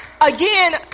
Again